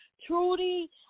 Trudy